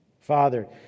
Father